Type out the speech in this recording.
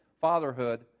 fatherhood